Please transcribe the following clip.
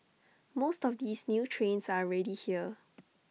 most of these new trains are already here